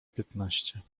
piętnaście